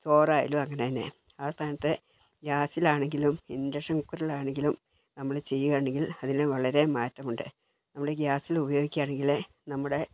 ചോറായാലും അങ്ങനെ തന്നെ ആ സ്ഥാനത്ത് ഗ്യാസിലാണെങ്കിലും ഇൻഡക്ഷൻ കുക്കറിലാണെങ്കിലും നമ്മൾ ചെയ്യുകയാണെങ്കിൽ അതിന് വളരെ മാറ്റമുണ്ട് നമ്മൾ ഗാസിൽ ഉപയോഗിക്കുകയാണെങ്കിൽ നമ്മുടെ